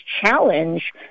challenge